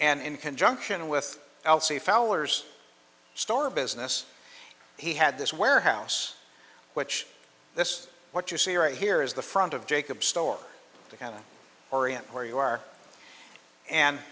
and in conjunction with l c fowler's store business he had this warehouse which this what you see right here is the front of jacobs store to kind of orient where you are and